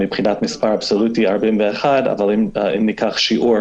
מספר אבסולוטי 41, אבל אם ניקח שיעור